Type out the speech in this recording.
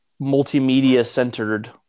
multimedia-centered